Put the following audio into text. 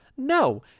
No